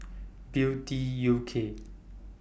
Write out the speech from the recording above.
Beauty U K